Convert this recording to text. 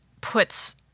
puts